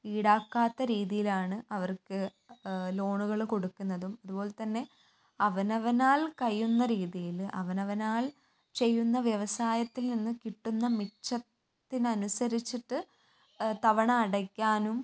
ഈടാക്കാത്ത രീതിയിലാണ് അവർക്ക് ലോണുകൾ കൊടുക്കുന്നതും അതുപോലെ തന്നെ അവനവനാൽ കഴിയുന്ന രീതിയിൽ അവനവനാൽ ചെയ്യുന്ന വ്യവസായത്തിൽ നിന്ന് കിട്ടുന്ന മിച്ചത്തിനനുസരിച്ചിട്ട് തവണ അടയ്ക്കാനും